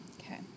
Okay